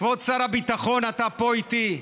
כבוד שר הביטחון, אתה פה איתי.